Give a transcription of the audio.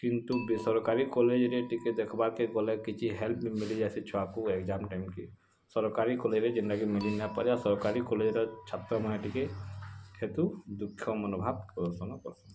କିନ୍ତୁ ବେସରକାରୀ କଲେଜ୍ରେ ଟିକେ ଦେଖବାର୍ କେ ଗଲେ କିଛି ହେଲ୍ପ ବି ମିଲିଯାସି ଛୁଆଙ୍କୁ ଏଗଜାମ୍ ଟାଇମ୍ କି ସରକାରୀ କଲେଜ୍ରେ ଯେନ୍ତା କି ମିଲି ନାଇଁପାରେ ଆଉ ସରକାରୀ କଲେଜରେ ଛାତ୍ରମାନେ ଟିକେ ହେତୁ ଦୁଖ ମନୋଭାବ ପ୍ରଦର୍ଶନ କରୁସନ୍